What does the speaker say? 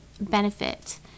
benefit